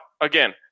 again